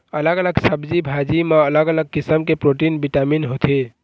अलग अलग सब्जी भाजी म अलग अलग किसम के प्रोटीन, बिटामिन होथे